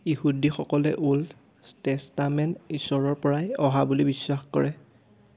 ইহুদীসকলে Old Testament ঈশ্বৰৰপৰাই অহা বুলি বিশ্বাস কৰে